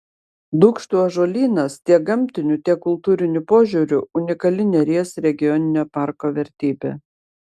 dūkštų ąžuolynas tiek gamtiniu tiek kultūriniu požiūriu unikali neries regioninio parko vertybė